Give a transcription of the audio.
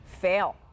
Fail